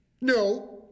No